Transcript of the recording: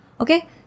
Okay